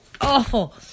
awful